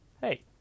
hey